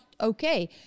okay